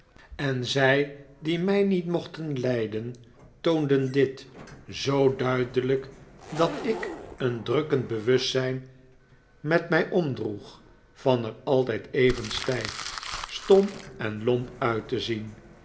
en zij die mij niet mochten lijden toonden dit zoo duidelijk dat ik een drukkend bewustzijn met mij omdroeg van er altijd even stijf stom en lomp uit te zien